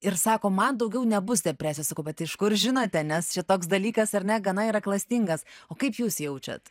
ir sako man daugiau nebus depresijos sakau bet tai iš kur žinote nes čia toks dalykas ar ne gana yra klastingas o kaip jūs jaučiat